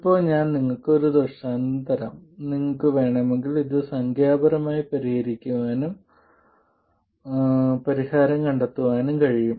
ഇപ്പോൾ ഞാൻ നിങ്ങൾക്ക് ഒരു ദൃഷ്ടാന്തം തരാം നിങ്ങൾക്ക് വേണമെങ്കിൽ നിങ്ങൾക്ക് ഇത് സംഖ്യാപരമായി പരിഹരിക്കാനും പരിഹാരം കണ്ടെത്താനും കഴിയും